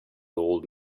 old